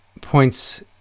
points